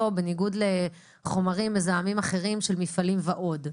בניגוד לחומרים מזהמים אחרים של מפעלים ועוד.